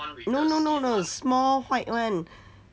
no no no no small white one